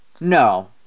No